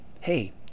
Hey